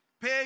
Pay